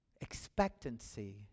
Expectancy